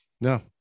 No